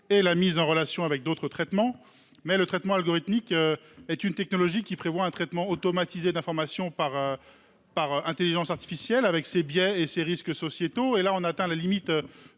et la mise en relation avec d’autres traitements. Cependant, le traitement algorithmique est une technologie qui prévoit un traitement automatisé d’informations par l’intelligence artificielle, avec ses biais et ses risques sociétaux. Nous atteignons ici la limite